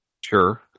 Sure